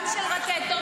גם של רקטות.